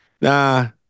nah